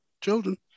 children